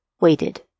waited